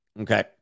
Okay